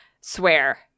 swear